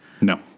No